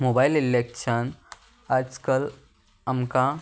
mobile इल्ल्याकच्यान आज काल आमकां